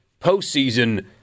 postseason